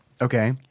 Okay